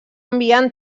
enviant